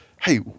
hey